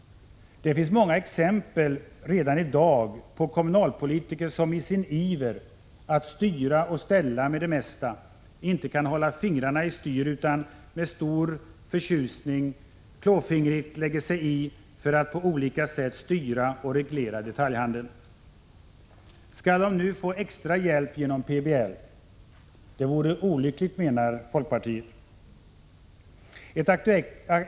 Det finns många exempel redan i dag på kommunalpolitiker som i sin iver att styra och ställa med det mesta inte kan hålla fingrarna i styr utan med stor förtjusning klåfingrigt lägger sig i för att på olika sätt styra och reglera detaljhandeln. Skall de nu få extra draghjälp genom PBL? Det vore enligt folkpartiet olyckligt.